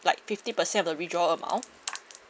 like fifty percent of the withdraw amount